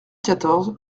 quatorze